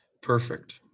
Perfect